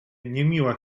niemiła